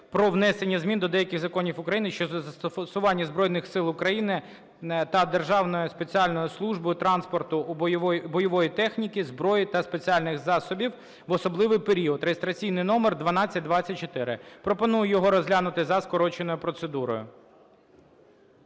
про внесення змін до деяких законів України щодо застосування Збройними Силами України та Державною спеціальною службою транспорту бойової техніки, зброї та спеціальних засобів в особливий період (реєстраційний номер 1224). Пропоную його розглянути за скороченою процедурою.